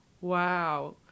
Wow